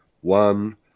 one